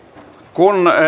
kun